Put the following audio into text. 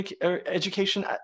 education